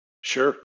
Sure